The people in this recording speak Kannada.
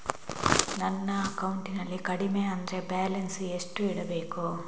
ನನ್ನ ಅಕೌಂಟಿನಲ್ಲಿ ಕಡಿಮೆ ಅಂದ್ರೆ ಬ್ಯಾಲೆನ್ಸ್ ಎಷ್ಟು ಇಡಬೇಕು?